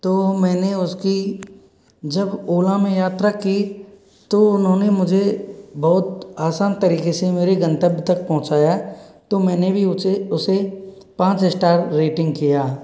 तो मैंने उसकी जब ओला में यात्रा की तो उन्होंने मुझे बहुत आसान तरीके से मेरे गंतव्य तक पहुँचाया तो मैंने भी उसे पाँच स्टार रेटिंग किया